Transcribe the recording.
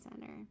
Center